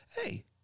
Hey